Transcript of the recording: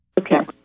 Okay